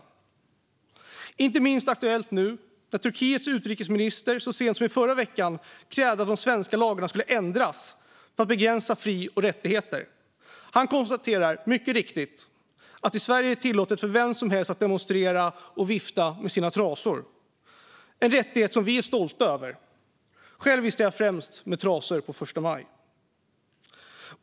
Det är inte minst aktuellt nu när Turkiets utrikesminister så sent som i förra veckan krävde att de svenska lagarna skulle ändras för att begränsa fri och rättigheter. Han konstaterar, mycket riktigt, att det i Sverige är tillåtet för vem som helst att demonstrera och "vifta med sina trasor" - en rättighet vi är stolta över. Själv viftar jag främst med trasor på första maj.